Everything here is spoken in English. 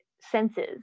senses